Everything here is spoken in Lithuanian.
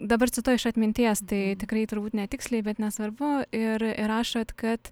dabar cituoju iš atminties tai tikrai turbūt netiksliai bet nesvarbu ir rašot kad